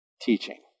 teaching